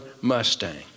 Mustang